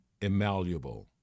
immalleable